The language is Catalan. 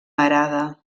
arada